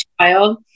child